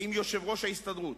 עם ראש ההסתדרות,